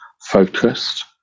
focused